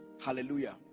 Hallelujah